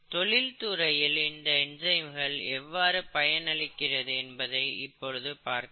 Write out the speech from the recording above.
தொழில்துறையில் இந்த என்சைம்கள் எவ்வாறு பயனளிக்கிறது என்பதை இப்பொழுது பார்க்கலாம்